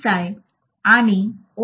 साय आणि ओ